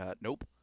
nope